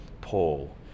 paul